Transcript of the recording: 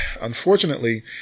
unfortunately